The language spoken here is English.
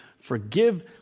forgive